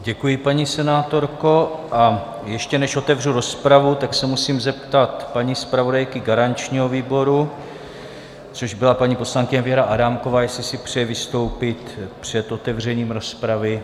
Děkuji, paní senátorko, a ještě než otevřu rozpravu, tak se musím zeptat paní zpravodajky garančního výboru, což byla paní poslankyně Věra Adámková, jestli si přeje vystoupit před otevřením rozpravy.